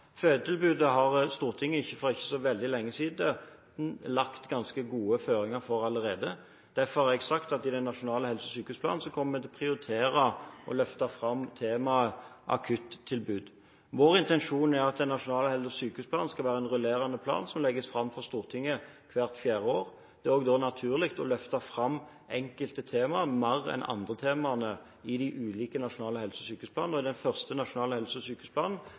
Fødetilbudet har Stortinget for ikke så veldig lenge siden lagt ganske gode føringer for allerede. Derfor har jeg sagt at vi i den nasjonale helse- og sykehusplanen kommer til å prioritere å løfte fram temaet «akuttilbud». Vår intensjon er at den nasjonale helse- og sykehusplanen skal være en rullerende plan, som legges fram for Stortinget hvert fjerde år. Da er det også naturlig å løfte fram enkelte tema mer enn de andre temaene i de ulike nasjonale helse- og sykehusplanene. I den første nasjonale helse- og sykehusplanen